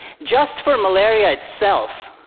just for malaria itself,